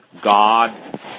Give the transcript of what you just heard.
God